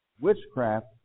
Witchcraft